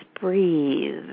breathe